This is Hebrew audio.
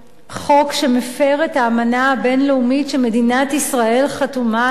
חוק שמפר את האמנה הבין-לאומית שמדינת ישראל חתומה עליה?